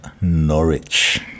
Norwich